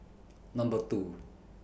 Number two